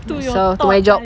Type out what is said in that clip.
to my job